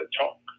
talk